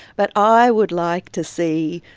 but i would like to see,